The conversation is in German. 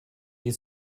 die